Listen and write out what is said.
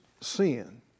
sin